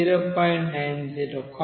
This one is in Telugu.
90